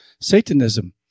Satanism